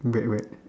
bread bread